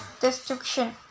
destruction